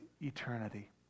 eternity